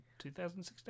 2016